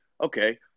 okay